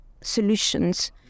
solutions